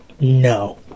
no